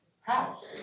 house